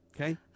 okay